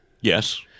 Yes